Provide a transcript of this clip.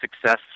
success